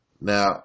Now